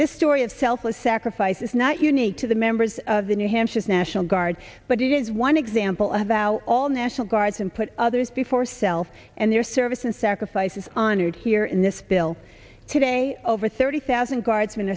the story of selfless sacrifice is not unique to the members of the new hampshire's national guard but it is one example about all national guards and put others before self and their service and sacrifice is honored here in this bill today over thirty thousand guardsmen